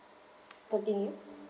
supporting it